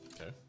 Okay